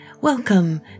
Welcome